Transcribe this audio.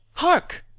hark,